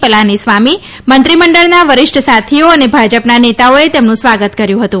પલાનીસામી મંત્રીમંડળના વરિષ્ઠ સાથીઓ અને ભાજપના નેતાઓએ તેમનું સ્વાગત કર્યું હતું